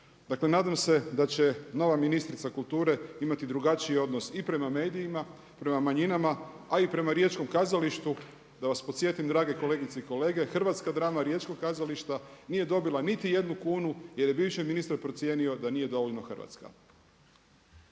Dakle nadam se da će nova ministrica kulture imati drugačiji odnos i prema medijima, prema manjinama a i prema riječkom kazalištu, da vas podsjetim drage kolegice i kolege, hrvatska drama riječkog kazališta nije dobila niti jednu kunu jer je bivši ministar procijenio da nije dovoljno hrvatska.